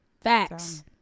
Facts